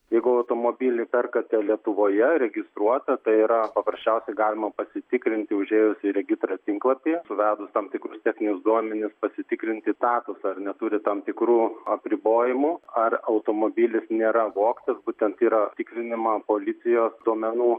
jeigu automobilį perkate lietuvoje registruotą tai yra paprasčiausia galima pasitikrinti užėjus į regitros tinklapį suvedus tam tikrus techninius duomenis pasitikrinti statusą ar neturi tam tikrų apribojimų ar automobilis nėra vogtas būtent yra tikrinima policijos duomenų